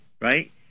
right